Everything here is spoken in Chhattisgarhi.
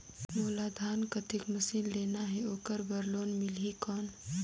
मोला धान कतेक मशीन लेना हे ओकर बार लोन मिलही कौन?